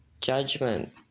Judgment